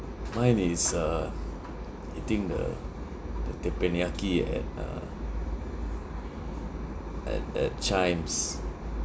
mine is uh eating the the teppanyaki at uh at at chijmes